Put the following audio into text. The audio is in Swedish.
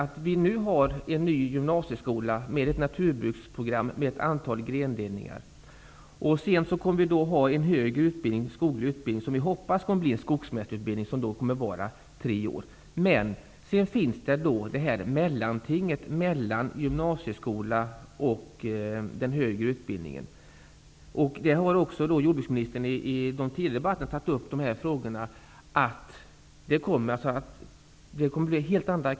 Vi har nu en ny gymnasieskola med ett naturbygdsprogram med ett antal grendelningar, något som även diskuterats i andra sammanhang. Därtill kommer en högre skoglig utbildning, vilken vi hoppas kommer att bli en treårig skogsmästarutbildning. Men så kommer vi till det här mellantinget mellan gymnasieskolan och den högre utbildningen. I tidigare debatter har jordbruksministern tagit upp att kraven kommer att bli helt annorlunda.